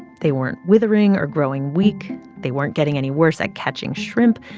they weren't withering or growing weak. they weren't getting any worse at catching shrimp.